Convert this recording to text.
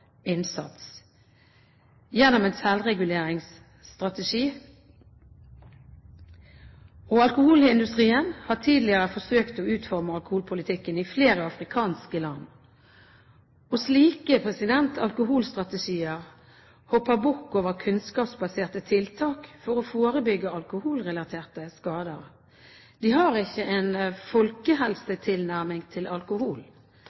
innsats gjennom en selvreguleringsstrategi, og alkoholindustrien har tidligere forsøkt å utforme alkoholpolitikken i flere afrikanske land. Slike alkoholstrategier hopper bukk over kunnskapsbaserte tiltak for å forebygge alkoholrelaterte skader. De har ikke en folkehelsetilnærming til alkohol.